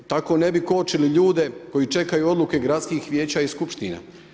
Tako ne bi kočili ljude koji čekaju odluke gradskih vijeća i skupština.